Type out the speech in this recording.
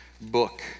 book